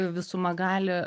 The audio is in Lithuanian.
visuma gali